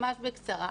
ממש בקצרה.